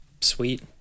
sweet